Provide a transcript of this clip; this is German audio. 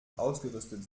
ausgerüstet